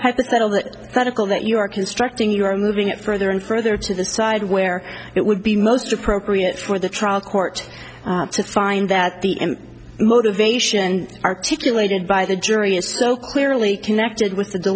hypothetical that the tickle that you are constructing you are moving it further and further to the side where it would be most appropriate for the trial court to find that the motivation articulated by the jury is so clearly connected